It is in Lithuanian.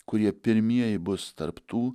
kurie pirmieji bus tarp tų